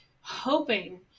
hoping